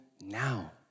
now